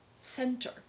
center